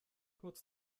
kurz